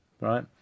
right